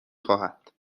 خواهد